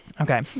Okay